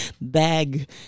bag